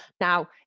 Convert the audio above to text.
Now